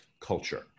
culture